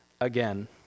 again